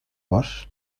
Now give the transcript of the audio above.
var